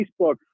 Facebook